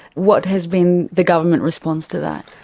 what has been the government response to that?